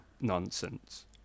nonsense